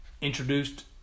introduced